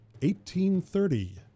1830